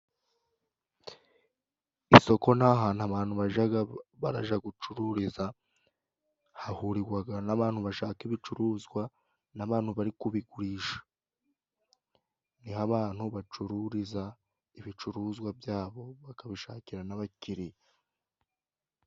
Isoko ni ahantu abantu bajaga baraja gucururiza, hahurigwaga n'abantu bashaka ibicuruzwa n'abantu bari kubigurisha. Niho abantu bacururiza ibicuruzwa byabo bakabishakira n'abakiriya.